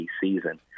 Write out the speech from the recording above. season